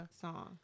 song